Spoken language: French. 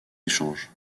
échange